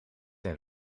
een